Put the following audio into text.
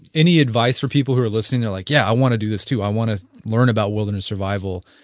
any advice for people who are listening there, like, yeah i want to do this too, i want to learn about wilderness survival,